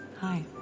hi